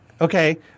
Okay